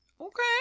Okay